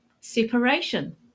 separation